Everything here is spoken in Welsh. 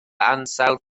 ansawdd